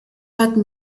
hatten